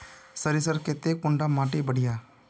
सरीसर केते कुंडा माटी बढ़िया?